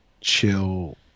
Chill